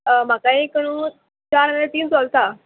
म्हाका एक नू चार आनी तीन चलता